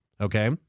okay